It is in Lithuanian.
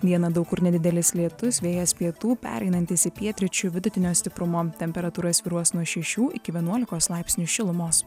dieną daug kur nedidelis lietus vėjas pietų pereinantis į pietryčių vidutinio stiprumo temperatūra svyruos nuo šešių iki vienuolikos laipsnių šilumos